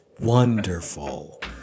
wonderful